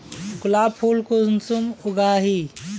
गुलाब फुल कुंसम उगाही?